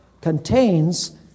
contains